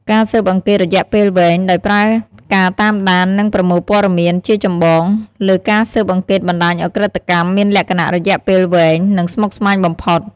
ការស៊ើបអង្កេតរយៈពេលវែង ដោយប្រើការតាមដាន និងប្រមូលព័ត៌មានជាចម្បង លើការស៊ើបអង្កេតបណ្តាញឧក្រិដ្ឋកម្មមានលក្ខណៈ រយៈពេលវែង និងស្មុគស្មាញបំផុត។